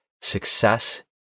success